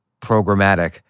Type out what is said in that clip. programmatic